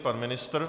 Pan ministr?